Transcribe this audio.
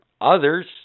others